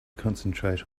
concentrate